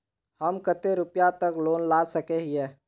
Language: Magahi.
हम कते रुपया तक लोन ला सके हिये?